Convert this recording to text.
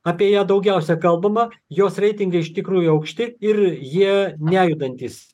apie ją daugiausia kalbama jos reitingai iš tikrųjų aukšti ir jie nejudantys